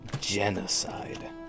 genocide